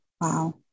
Wow